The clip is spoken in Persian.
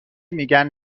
میگن